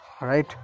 right